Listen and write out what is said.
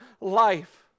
life